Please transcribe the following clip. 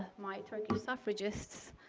my turkish suffragists,